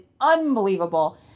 unbelievable